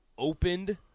opened